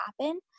happen